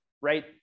right